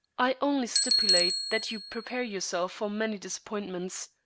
i only stipulate that you prepare yourself for many disappointments.